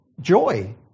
joy